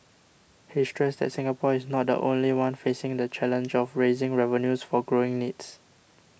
he stressed that Singapore is not the only one facing the challenge of raising revenues for growing needs